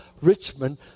Richmond